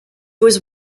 was